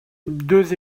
deux